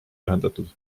ühendatud